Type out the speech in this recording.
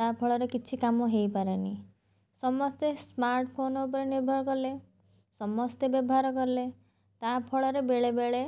ତାହାଫଳରେ କିଛି କାମ ହେଇପାରେନି ସମସ୍ତେ ସ୍ମାର୍ଟଫୋନ ଉପରେ ନିର୍ଭର କଲେ ସମସ୍ତେ ବ୍ୟବହାର କଲେ ତାହାଫଳରେ ବେଳେ ବେଳେ